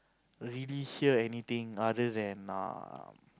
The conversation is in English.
really hear anything other than err